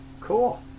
cool